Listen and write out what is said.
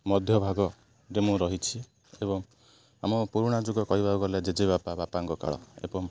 ମଧ୍ୟ ଭାଗରେ ମୁଁ ରହିଛି ଏବଂ ଆମ ପୁରୁଣା ଯୁଗ କହିବାକୁ ଗଲେ ଜେଜେବାପା ବାପାଙ୍କ କାଳ ଏବଂ